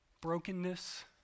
brokenness